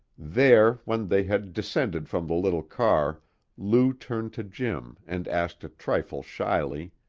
there, when they had descended from the little car lou turned to jim and asked a trifle shyly